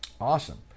Awesome